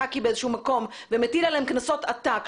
קקי באיזשהו מקום ומטיל עליהם קנסות עתק,